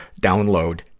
download